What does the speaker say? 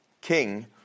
king